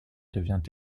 devient